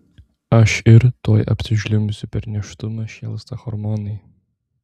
aš irgi tuoj apsižliumbsiu per nėštumą šėlsta hormonai